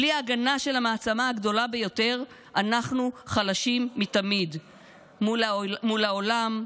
בלי ההגנה של המעצמה הגדולה ביותר אנחנו חלשים מתמיד מול העולם,